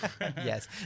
Yes